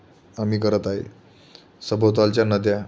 आम्ही करत आहे सभोवतालच्या नद्या